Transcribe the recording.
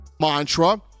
Mantra